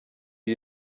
you